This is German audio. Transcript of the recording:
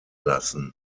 lassen